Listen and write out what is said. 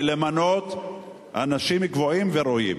ולמנות אנשים קבועים וראויים.